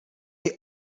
est